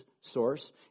source